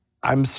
i'm so